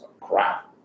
crap